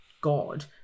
God